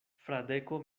fradeko